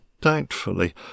doubtfully